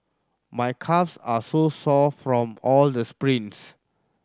my calves are so sore from all the sprints